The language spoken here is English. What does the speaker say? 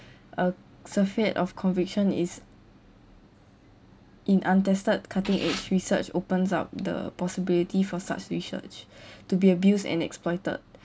a surfeit of conviction is in untested cutting edge research opens up the possibility for such research to be abused and exploited